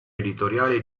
editoriale